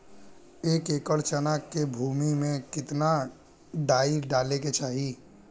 एक एकड़ चना के भूमि में कितना डाई डाले के चाही?